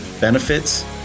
benefits